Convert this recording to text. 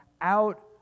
out